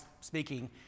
speaking